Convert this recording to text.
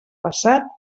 passat